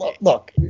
Look